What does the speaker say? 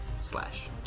slash